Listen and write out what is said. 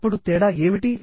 అప్పుడు తేడా ఏమిటి